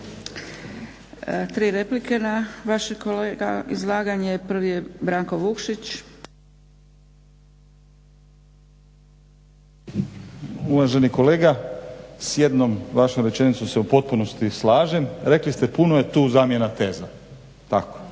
Branko (Hrvatski laburisti - Stranka rada)** Uvaženi kolega, s jednom vašom rečenicom se u potpunosti slažem. Rekli ste puno je tu zamjena teza, tako.